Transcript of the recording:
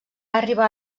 arribar